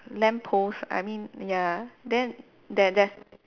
lamppost I mean ya then there there's